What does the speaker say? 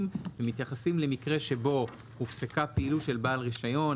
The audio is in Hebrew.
ומתייחסים למקרה שבו הופסקה פעילות של בעל רישיון,